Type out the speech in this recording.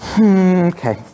Okay